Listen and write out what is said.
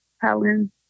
Helen